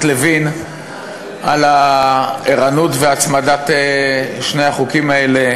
לוין על הערנות ועל הצמדת שני החוקים האלה,